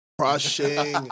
crushing